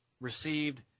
received